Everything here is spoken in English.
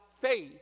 faith